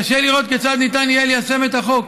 קשה לראות כיצד ניתן יהיה ליישם את החוק.